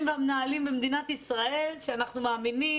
והמנהלים במדינת ישראל שאנחנו מאמינים,